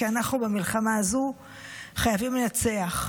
כי אנחנו במלחמה הזאת חייבים לנצח.